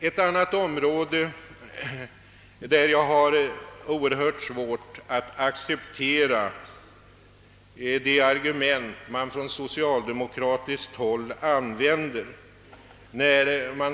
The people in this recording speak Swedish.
Ett annat område där jag har oerhört svårt att acceptera de argument som man från socialdemokratiskt håll anför är u-landsområdet.